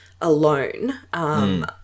alone